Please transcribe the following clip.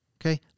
Okay